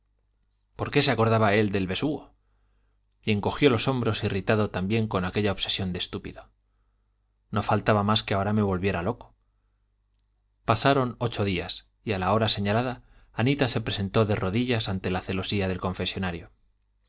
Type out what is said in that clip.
por qué se acordaba él del besugo y encogió los hombros irritado también con aquella obsesión de estúpido no faltaba más que ahora me volviera loco pasaron ocho días y a la hora señalada anita se presentó de rodillas ante la celosía del confesonario